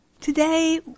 Today